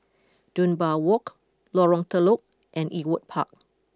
Dunbar Walk Lorong Telok and Ewart Park